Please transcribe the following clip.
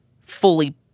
fully